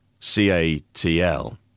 CATL